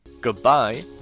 Goodbye